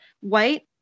white